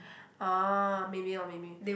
ah maybe lor maybe